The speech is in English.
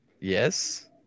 Yes